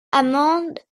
amande